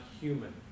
human